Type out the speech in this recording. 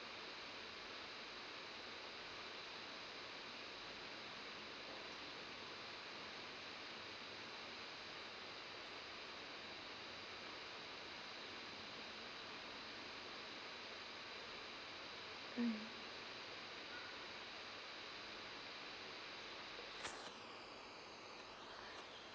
mm